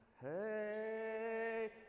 Hey